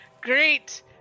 great